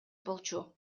болчу